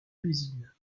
l’usine